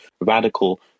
radical